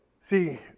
see